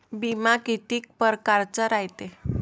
बिमा कितीक परकारचा रायते?